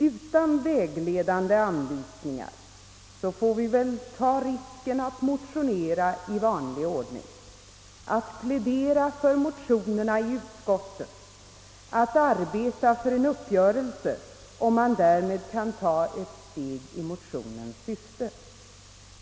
Utan vägledande anvisningar får vi väl ta risken att motionera i vanlig ordning, att plädera för motionen i utskotten och att arbeta för en uppgörelse, om man därmed kan ta ett steg i motionens syfte.